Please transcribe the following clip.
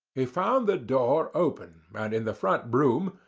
he found the door open, and in the front room,